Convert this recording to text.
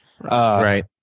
right